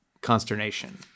consternation